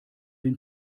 den